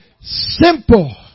simple